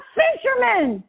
fishermen